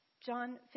John